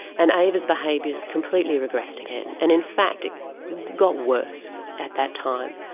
and ava's behaviours completely regressed again. and in fact it got worse at that time.